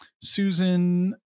susan